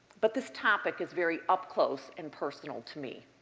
but this topic is very up close and personal to me.